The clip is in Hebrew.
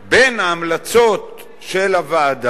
בין ההמלצות של הוועדה